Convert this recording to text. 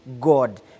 God